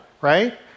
right